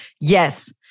Yes